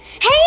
Hey